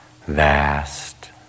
vast